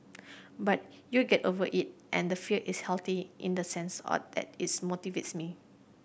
but you get over it and the fear is healthy in the sense are that its motivates me